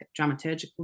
dramaturgical